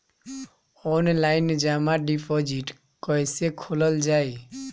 Online जमा deposit कैसे खोलल जाइ?